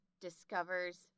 discovers